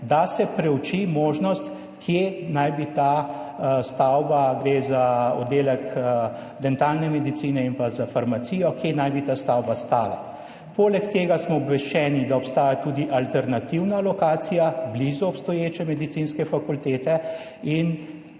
da se preuči možnost, kje naj bi ta stavba, gre za oddelek dentalne medicine in za farmacijo, stala. Poleg tega smo obveščeni, da obstaja tudi alternativna lokacija blizu obstoječe Medicinske fakultete. In